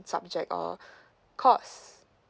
subject or course